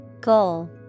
Goal